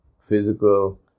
physical